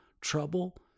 trouble